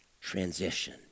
Transition